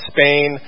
Spain